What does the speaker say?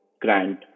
grant